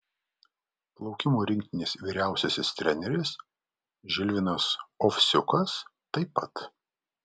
plaukimo rinktinės vyriausiasis treneris žilvinas ovsiukas taip pat